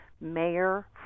mayor